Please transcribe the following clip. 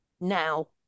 now